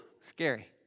Scary